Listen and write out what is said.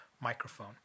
microphone